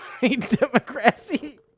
democracy